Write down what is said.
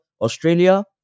Australia